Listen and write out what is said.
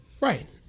Right